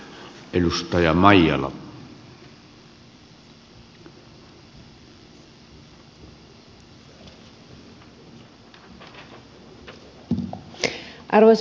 arvoisa puhemies